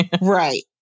Right